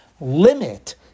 limit